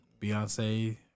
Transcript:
Beyonce